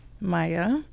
Maya